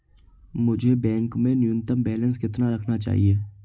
मुझे बैंक में न्यूनतम बैलेंस कितना रखना चाहिए?